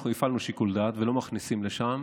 אנחנו הפעלנו שיקול דעת, ולא מכניסים לשם